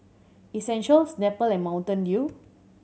Essential Snapple and Mountain Dew